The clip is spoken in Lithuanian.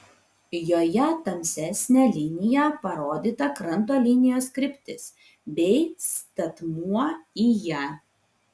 joje tamsesne linija parodyta kranto linijos kryptis bei statmuo į ją